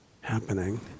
Happening